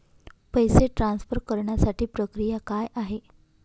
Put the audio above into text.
पैसे ट्रान्सफर करण्यासाठीची प्रक्रिया काय आहे?